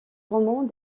romans